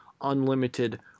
Unlimited